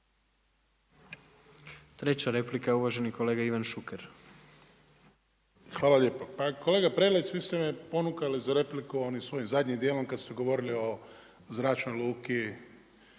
Treća replika je uvaženi kolega Ivan Šuker. **Šuker, Ivan (HDZ)** Hvala lijepa. Pa kolega Prelec, vi ste me ponukali za repliku onim svojim zadnjim dijelom kada ste govorili o zračnoj luki